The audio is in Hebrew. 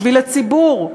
בשביל הציבור,